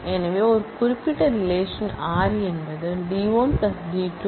எனவே ஒரு குறிப்பிட்ட ரிலேஷன் R என்பது D 1 D 2 ×